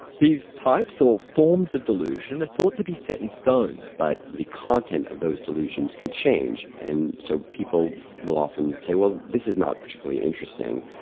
these types, or forms of delusion are thought to be set in stone. but the content of those delusions can change. and so people will often say, well, this is not particularly interesting.